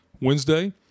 Wednesday